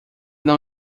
não